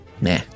Nah